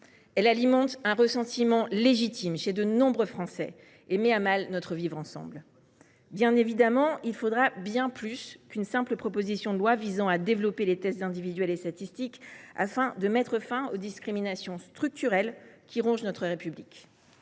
Elle alimente un ressentiment légitime chez de nombreux Français et met à mal notre vivre ensemble. Bien évidemment, il faudra bien plus qu’une simple proposition de loi visant à développer les tests individuels et statistiques afin de mettre fin aux discriminations structurelles qui rongent notre République